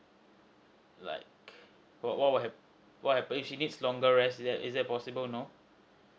like what what hap~ what happened if she needs longer rest is that is that possible or no